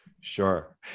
Sure